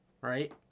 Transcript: right